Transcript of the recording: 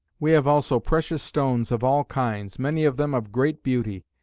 we have also precious stones of all kinds, many of them of great beauty,